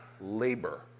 Labor